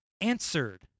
answered